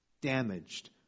damaged